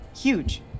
huge